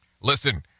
Listen